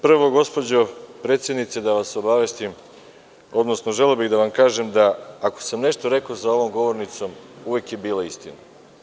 Prvo, gospođo predsednice, da vas obavestim, odnosno želeo bih da vam kažem da ako sam nešto rekao za ovom govornicom, uvek je bila istina.